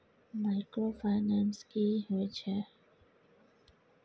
Microfinance की होय छै?